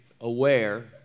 aware